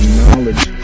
knowledge